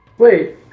Wait